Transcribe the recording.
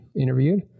interviewed